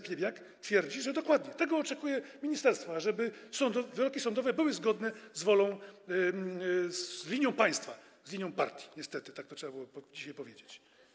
Piebiak twierdzi, że dokładnie tego oczekuje ministerstwo - ażeby wyroki sądowe były zgodne z wolą państwa, z linią partii niestety, tak to by trzeba było dzisiaj powiedzieć.